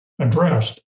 addressed